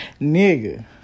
nigga